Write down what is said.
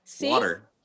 Water